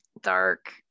dark